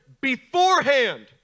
beforehand